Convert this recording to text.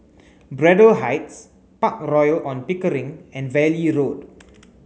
Braddell Heights Park Royal On Pickering and Valley Road